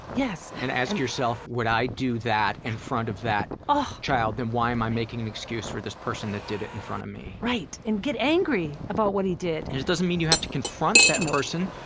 yes. and ask yourself, would i do that in front of that ah child? then why am i making an excuse for this person that did it in front of me? right. and get angry about what he did. this doesn't mean you have to confront that and person.